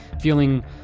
feeling